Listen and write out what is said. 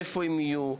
איפה הם יהיו.